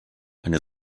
eine